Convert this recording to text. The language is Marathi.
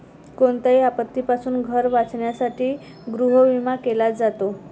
कोणत्याही आपत्तीपासून घर वाचवण्यासाठी गृहविमा केला जातो